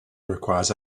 requires